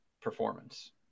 performance